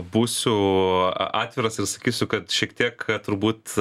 būsiu atviras ir sakysiu kad šiek tiek turbūt